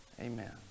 Amen